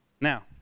Now